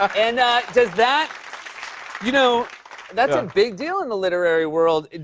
and does that you know that's a big deal in the literary world.